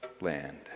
land